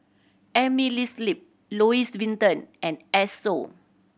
Amerisleep Louis Vuitton and Esso